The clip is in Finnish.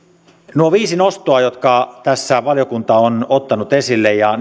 nuo viisi nostoa jotka tässä valiokunta on ottanut esille ja